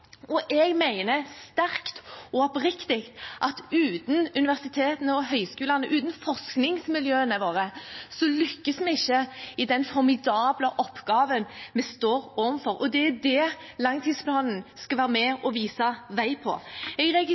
Jeg mener sterkt og oppriktig at uten universitetene og høyskolene, uten forskningsmiljøene våre, lykkes vi ikke i den formidable oppgaven vi står overfor. Det er det langtidsplanen skal være med og vise vei for. Jeg